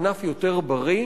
ענף יותר בריא,